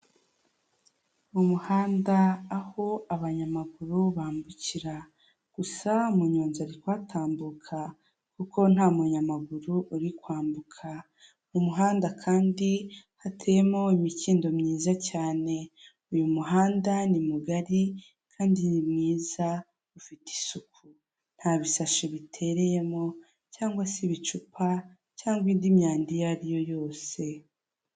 Umuhanda aho abanyamaguru bambukira, gusa umunyozi ari kuhatambuka kuko nta munyamaguru uri kwambuka. Umuhanda kandi hateyemo imikindo myiza cyane, uyu muhanda ni mugari kandi ni mwiza ufite isuku. Nta bisashi bitereyemo cyangwa se ibicupa cyangwa indi myanda iyo ari yo yose.